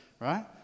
right